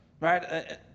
right